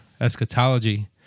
eschatology